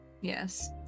yes